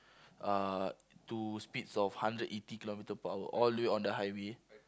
(uh)to speeds of hundred eighty kilometer per hour all the way on the highway